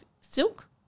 silk